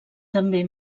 també